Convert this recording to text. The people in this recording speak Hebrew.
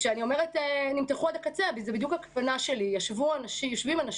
וכשאני אומרת "נמתחו עד הקצה" בדיוק לזה אני מתכוונת שיושבים אנשים,